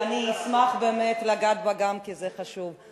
אשמח באמת לגעת בה גם, כי זה חשוב.